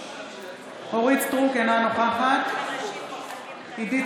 אורית מלכה סטרוק, אינה נוכחת עידית